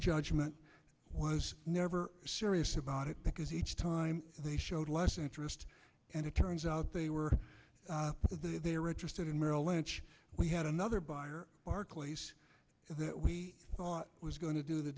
judgment was never serious about it because each time they showed less interest and it turns out they were there they were interested in merrill lynch we had another buyer barclays that we thought was going to do the